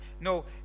No